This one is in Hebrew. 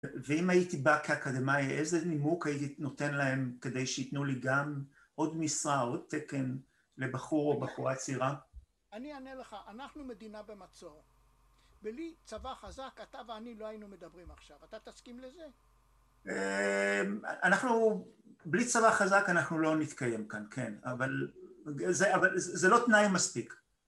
ואם הייתי בא כאקדמאי, איזה נימוק הייתי נותן להם כדי שייתנו לי גם עוד משרה, עוד תקן לבחור או בחורה צעירה? אני אענה לך, אנחנו מדינה במצור. בלי צבא חזק, אתה ואני לא היינו מדברים עכשיו. אתה תסכים לזה? אנחנו, בלי צבא חזק אנחנו לא נתקיים כאן, כן. אבל זה לא תנאי מספיק.